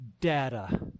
data